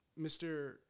Mr